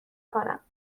کنم